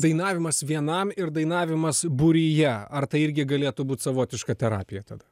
dainavimas vienam ir dainavimas būryje ar tai irgi galėtų būt savotiška terapija tada